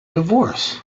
divorce